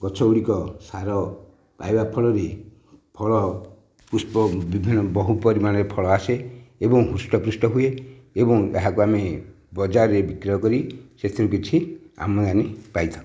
ଗଛ ଗୁଡ଼ିକ ସାର ପାଇବା ଫଳରେ ଫଳ ପୁଷ୍ପ ବିଭିନ୍ନ ବହୁ ପରିମାଣରେ ଫଳ ଆସେ ଏବଂ ହୃଷ୍ଟ ପୃଷ୍ଟ ହୁଏ ଏବଂ ଏହାକୁ ଆମେ ବଜାରରେ ବିକ୍ରୟ କରି ସେଥିରୁ କିଛି ଆମଦାନୀ ପାଇଥାଉ